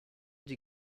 die